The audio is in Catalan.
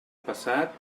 passat